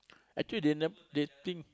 actually they ne~ they think